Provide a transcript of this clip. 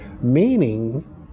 Meaning